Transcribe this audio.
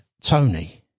Tony